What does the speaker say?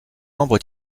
membre